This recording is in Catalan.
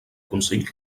consell